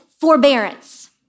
forbearance